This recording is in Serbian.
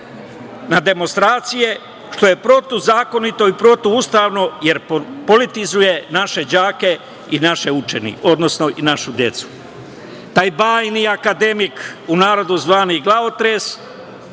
na demonstracije što je protivzakonito i protivustavno, jer politizuje naše đake i naše učenike, odnosno našu decu. Taj bajni akademik u narodu zvani glavotres